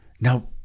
Now